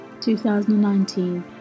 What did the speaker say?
2019